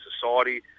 society